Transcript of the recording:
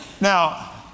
Now